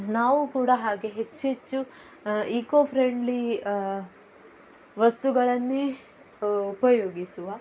ನಾವು ಕೂಡ ಹಾಗೆಯೇ ಹೆಚ್ಚೆಚ್ಚು ಈಕೋ ಫ್ರೆಂಡ್ಲಿ ವಸ್ತುಗಳನ್ನೇ ಉಪಯೋಗಿಸುವ